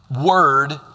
word